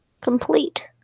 Complete